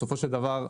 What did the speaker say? בסופו של דבר,